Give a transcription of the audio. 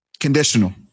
Conditional